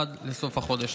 עד סוף החודש.